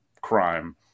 crime